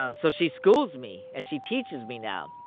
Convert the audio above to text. ah so she schools me and she teaches me now